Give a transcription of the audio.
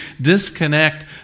disconnect